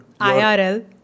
IRL